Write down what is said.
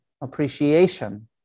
appreciation